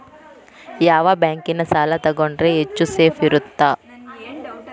ಯಾವ ಬ್ಯಾಂಕಿನ ಸಾಲ ತಗೊಂಡ್ರೆ ಹೆಚ್ಚು ಸೇಫ್ ಇರುತ್ತಾ?